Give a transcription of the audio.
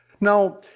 Now